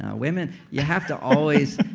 ah women, you have to always,